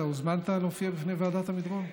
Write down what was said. אתה הוזמנת להופיע בפני ועדת עמידרור?